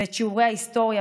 ואת שיעורי ההיסטוריה,